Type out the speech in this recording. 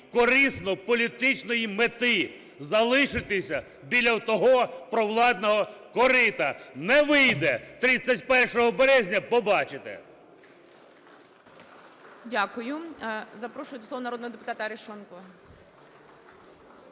корисно політичної мети – залишитися біля отого провладного корита. Не вийде! 31 березня побачите!